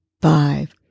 five